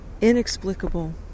inexplicable